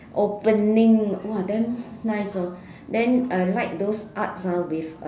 opening !wah! damn nice hor then I like those arts ah with uh